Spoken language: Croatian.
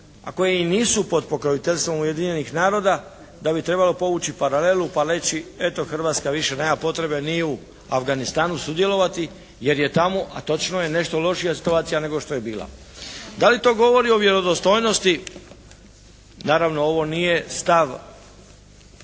koje i nisu pod pokroviteljstvom Ujedinjenih naroda, da bi trebalo povući paralelu, pa već i eto Hrvatska više nema potrebe ni u Afganistanu sudjelovati, jer je tamo, a točno je nešto lošija situacija nego što je bila. Da li to govori o vjerodostojnosti. Naravno, ovo nije stav